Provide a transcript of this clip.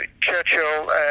Churchill